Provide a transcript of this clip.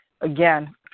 again